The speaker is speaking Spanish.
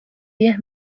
diez